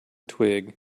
twig